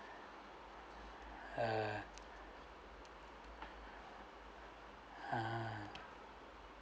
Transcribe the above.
ah ah